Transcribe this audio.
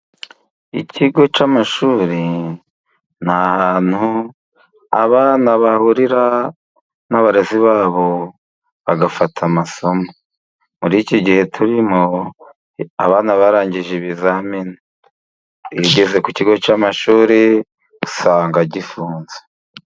Ikigo cy'amashuri ni ahantu abana bahurira n'abarezi babo, bagafata amasomo. Muri iki gihe, turimo abana barangije ibizamini, iyo ugeze ku kigo cy'amashuri usanga gifunze.